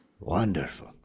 Wonderful